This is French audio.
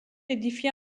édifiée